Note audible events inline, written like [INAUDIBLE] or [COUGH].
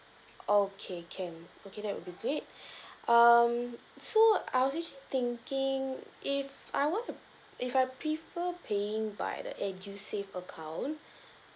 okay can okay that will be great [BREATH] um so I was actually thinking if I want to if I prefer paying by the edusave account